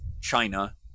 China